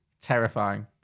terrifying